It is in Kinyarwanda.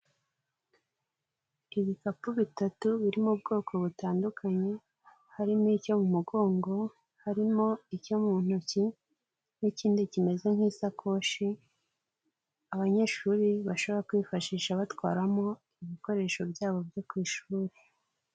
Ibikapu bitatu biririmo ubwoko butandukanye, harimo icyo mu mugongo, harimo icyo mu ntoki n'ikindi kimeze nk'isakoshi, abanyeshuri bashobora kwifashisha batwaramo ibikoresho byabo byo ku ishuri.